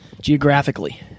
Geographically